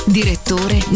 direttore